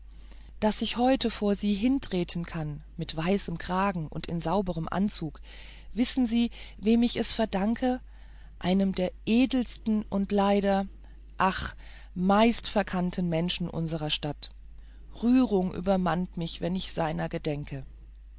daß ich heute vor sie hintreten kann mit weißem kragen und in sauberem anzug wissen sie wem ich es verdanke einem der edelsten und leider ach meist verkannten menschen unserer stadt rührung übermannt mich wenn ich seiner gedenke